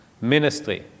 ministry